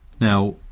Now